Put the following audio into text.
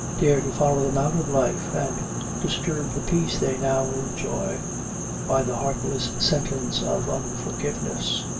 dare to follow them out of life, and disturb the peace they now enjoy by the heartless sentence of unforgiveness?